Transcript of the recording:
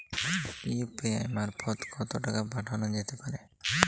UPI মারফত কত টাকা পাঠানো যেতে পারে?